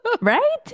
right